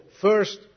first